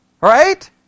right